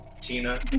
Tina